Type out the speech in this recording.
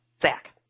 Zach